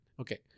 Okay